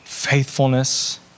faithfulness